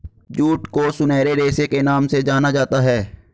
jute को सुनहरे रेशे के नाम से जाना जाता है